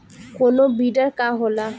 कोनो बिडर का होला?